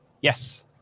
Yes